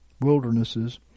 wildernesses